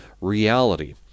reality